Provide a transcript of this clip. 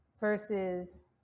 versus